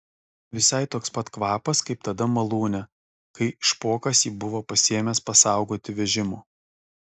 visai toks pat kvapas kaip tada malūne kai špokas jį buvo pasiėmęs pasaugoti vežimo